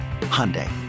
Hyundai